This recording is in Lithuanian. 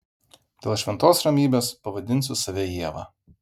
dėl šventos ramybės pavadinsiu save ieva